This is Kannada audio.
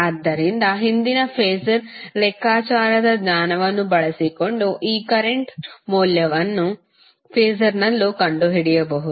ಆದ್ದರಿಂದ ಹಿಂದಿನ ಫಾಸರ್ ಲೆಕ್ಕಾಚಾರದ ಜ್ಞಾನವನ್ನು ಬಳಸಿಕೊಂಡು ಈ ಕರೆಂಟ್ಗಳ ಮೌಲ್ಯವನ್ನು ಫಾಸರ್ನಲ್ಲೂ ಕಂಡುಹಿಡಿಯಬಹುದು